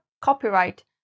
copyright